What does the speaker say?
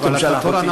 מה פתאום שלח אותי?